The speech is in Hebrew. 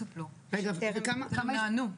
אבל אלה ההיקפים של האוכלוסייה שבה אנחנו מטפלים.